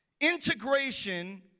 Integration